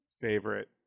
favorite